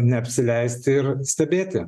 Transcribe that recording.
neapsileisti ir stebėti